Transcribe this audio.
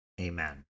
Amen